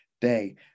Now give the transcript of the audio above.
day